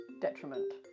detriment